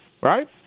Right